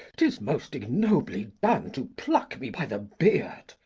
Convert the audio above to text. tis most ignobly done to pluck me by the beard.